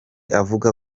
avuga